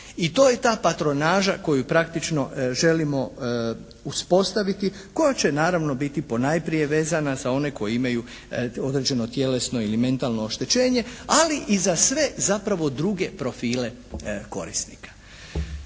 i to je ta patronaža koju praktično želimo uspostaviti koja će naravno biti ponajprije vezana za one koje imaju određeno tjelesno ili mentalno oštećenje ali i za sve zapravo druge profile korisnika.